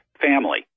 family